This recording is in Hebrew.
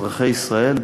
אזרחי ישראל,